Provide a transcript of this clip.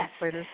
yes